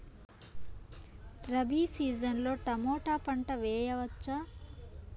Rabi season లో tomato పంట వేయవచ్చా?